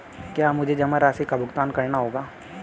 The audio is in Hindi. क्या मुझे जमा राशि का भुगतान करना होगा?